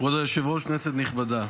כבוד היושב-ראש, כנסת נכבדה,